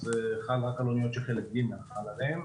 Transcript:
חל רק על אניות שחלק ג' חל עליהן.